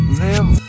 live